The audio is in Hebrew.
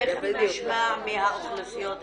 תיכף נשמע מהאוכלוסיות השונות.